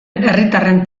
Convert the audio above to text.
herritarren